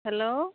hello